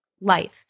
life